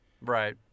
Right